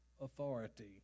authority